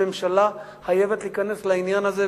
הממשלה חייבת להיכנס לעניין הזה,